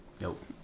Nope